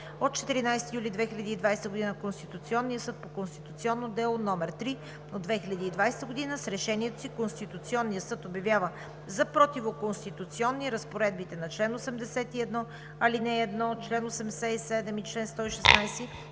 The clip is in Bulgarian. от 14 юли 2020 г. на Конституционния съд по конституционно дело № 3 от 2020 г. С Решението си Конституционният съд обявява за противоконституционни разпоредбите на чл. 81, ал. 1, чл. 87 и чл. 116,